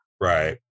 Right